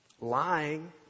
lying